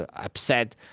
ah upset.